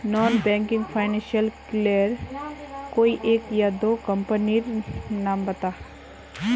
Non banking financial लेर कोई एक या दो कंपनी नीर नाम बता?